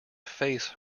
face